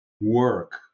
work